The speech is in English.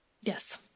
Yes